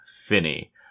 finny